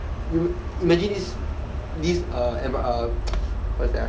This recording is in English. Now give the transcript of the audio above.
yo~ imagine this this um this what's that ah